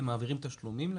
אני